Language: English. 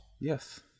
Yes